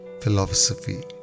philosophy